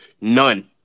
None